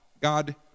God